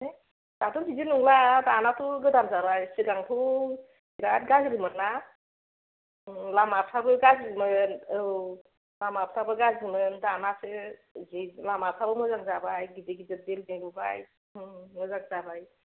दाथ' बिदि नंला दानाथ' गोदान जाबाय सिगांथ' बेराद गाज्रिमोन ना उम लामाफ्राबो गाज्रिमोन औ लामाफ्राबो गाज्रिमोन दानासो लामफ्राबो मोजां जाबाय गिदिर गिदिर बिलडिं लुबाय उम मोजां जाबाय